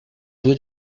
due